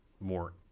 more